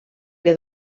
que